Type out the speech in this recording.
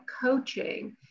coaching